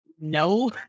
No